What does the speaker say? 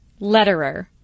letterer